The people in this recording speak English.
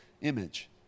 image